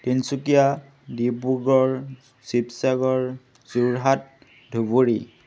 Tinsukia Dibrugarh Sivasagar Jorhat Dhubri